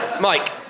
Mike